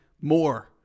More